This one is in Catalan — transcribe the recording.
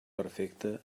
perfecta